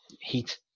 heat